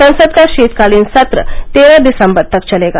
संसद का शीतकालीन सत्र तेरह दिसम्बर तक चलेगा